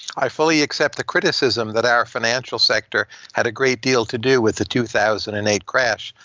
i fully accept the criticism that our financial sector had a great deal to do with the two thousand and eight crash.